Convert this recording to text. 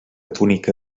túnica